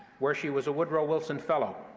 where she was a woodrow wilson fellow,